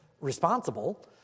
responsible